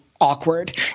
awkward